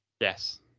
Yes